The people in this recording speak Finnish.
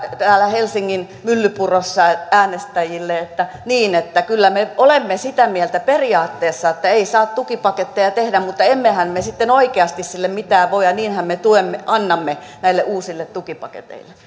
helsingin myllypurossa äänestäjille että niin että kyllä me olemme sitä mieltä periaatteessa että ei saa tukipaketteja tehdä mutta emmehän me sitten oikeasti sille mitään voi ja niinhän me tuen annamme näille uusille tukipaketeille